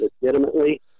legitimately